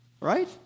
right